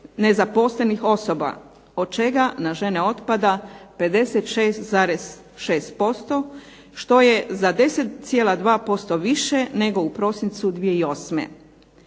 nezaposlenih osoba, od čega na žene otpada 56,6% što je za 10,2% više nego u prosincu 2008.